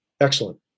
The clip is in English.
excellent